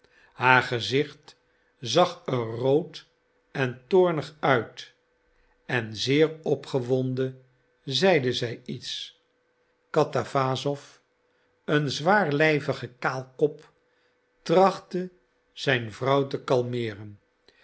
haar gezicht zag er rood en toornig uit en zeer opgewonden zeide zij iets katawassow een zwaarlijvige kaalkop trachtte zijn vrouw te kalmeeren